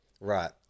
right